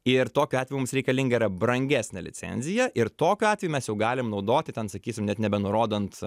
ir tokiu atveju mums reikalinga yra brangesnė licenzija ir tokiu atveju mes jau galim naudoti ten sakysim net nebenurodant